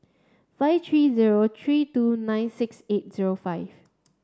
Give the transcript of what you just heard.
five three zero three two nine six eight zero five